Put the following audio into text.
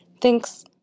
Thanks